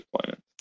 deployment